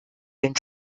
den